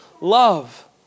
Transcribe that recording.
love